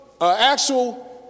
actual